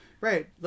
Right